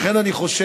לכן, אני חושב